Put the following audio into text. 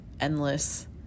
endless